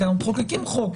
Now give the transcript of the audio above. כי מחוקקים חוק.